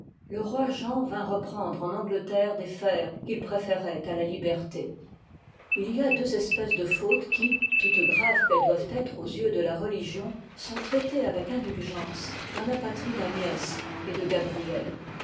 le roi jean vint reprendre en angleterre des fers qu'il préféroit à la liberté il y a deux espèces de fautes qui toutes graves qu'elles doivent être aux yeux de la religion sont traités avec indulgence dans la patrie liv lii d'agnès et de gabrielle